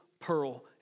pearl